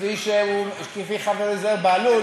כמו חברי זוהיר בהלול.